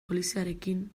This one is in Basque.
poliziarekin